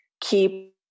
keep